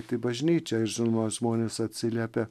tai bažnyčia ir žinoma žmonės atsiliepia